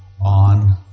on